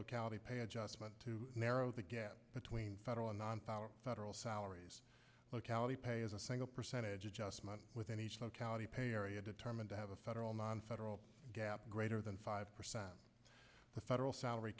locality pay adjustment to narrow the gap between federal and non power federal salaries locality pay as a single percentage of just money within each locality pay area determined to have a federal nonfederal gap greater than five percent of the federal salary